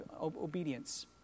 obedience